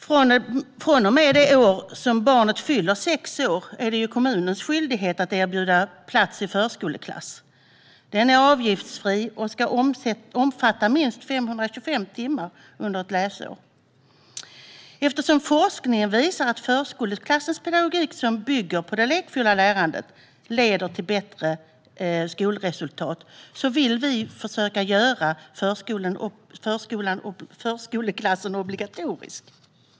Från och med det år som barnet fyller sex år är det kommunens skyldighet att erbjuda plats i förskoleklass. Den är avgiftsfri och ska omfatta minst 525 timmar under ett läsår. Eftersom forskningen visar att förskoleklassens pedagogik, som bygger på det lekfulla lärandet, leder till bättre skolresultat vill vi försöka göra förskolan och förskoleklassen obligatorisk.